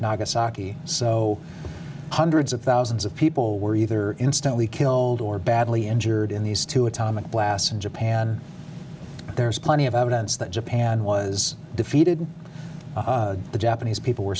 nagasaki so hundreds of thousands of people were either instantly killed or badly injured in these two atomic blasts in japan there's plenty of evidence that japan was defeated the japanese people were